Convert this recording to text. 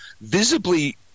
visibly